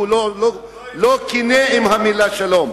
והוא לא כן עם המלה "שלום".